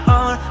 on